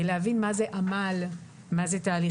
להבין מה זה עמל, מה זה תהליכיות.